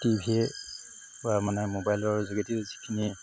টিভিৰপৰা মানে মোবাইলৰ যোগেদি যিখিনি